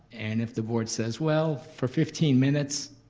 and if the board says well, for fifteen minutes,